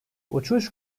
uçuş